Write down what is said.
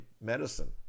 medicine